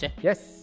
Yes